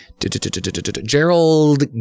Gerald